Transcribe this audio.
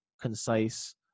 concise